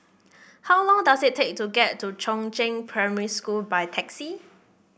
how long does it take to get to Chongzheng Primary School by taxi